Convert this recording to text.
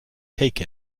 take